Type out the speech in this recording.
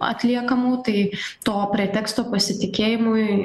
atliekamų tai to preteksto pasitikėjimui